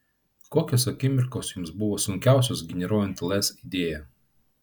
kokios akimirkos jums buvo sunkiausios generuojant lez idėją